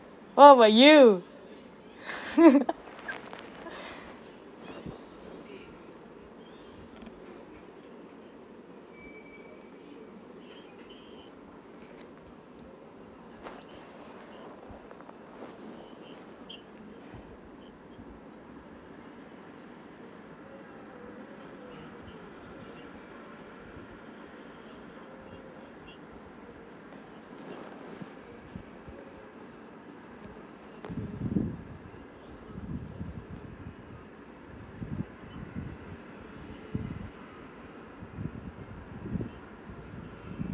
what about you